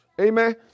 Amen